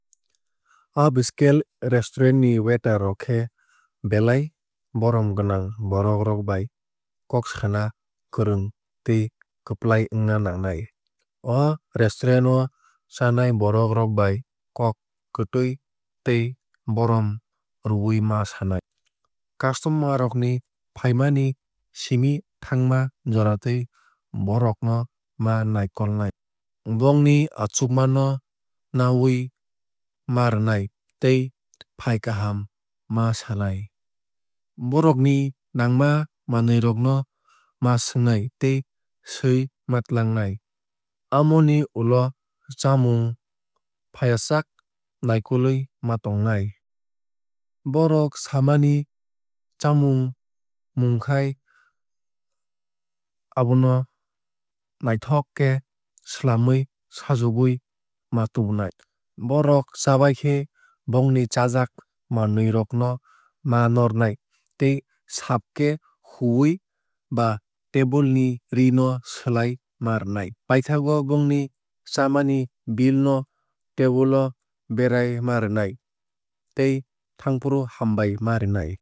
Upscale restaurant ni waiter rok khe belai borom gwnang borok rok bai kok sana kwrwng tei kwplai wngna nangnai. O restaurant o chanai borok rok bai kok kwtwui tei borom rwui ma sanai. Customer rok ni faima ni simi thangma joratwui bhorokno ma naikolnai. Bongni achukma no nawui ma rwnai tei fai kaham ma sanai. Bohrokni nangma manwui rok no ma swngnai tei swui ma twlangnai. Amoni ulo chamung faiyasak nakolwui ma tongnai. Bohrok samani chamung mungkhai abono naithok khe swlamwui sajagwui ma tubunai. Bohrok chabaikhai bongni chajak manwui rok no ma nornai tei saaf khe huwui ba table ni ree no swlai ma rwnai. Paithago bongni chamani bill no table o berai ma rwnai tei thangfru hambai ma rwnai.